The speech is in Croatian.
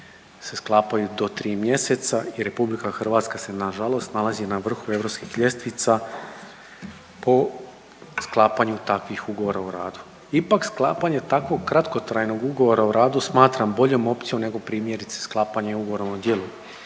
se sklapaju do 3 mjeseca i RH se nažalost nalazi na vrhu europskih ljestvica po sklapanju takvih ugovora o radu. Ipak sklapanje takvog kratkotrajnog ugovora o radu smatram boljom opcijom nego primjerice sklapanje ugovora o djelu